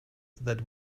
that